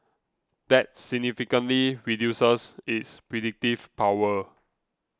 that significantly reduces its predictive power